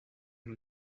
him